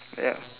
yup